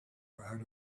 out